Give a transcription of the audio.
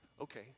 okay